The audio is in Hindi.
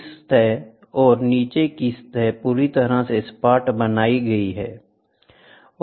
शीर्ष सतह और नीचे की सतह पूरी तरह से सपाट बनाई गई है